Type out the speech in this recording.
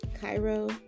Cairo